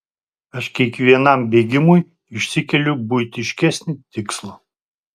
aš kiekvienam bėgimui išsikeliu buitiškesnį tikslą